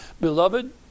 Beloved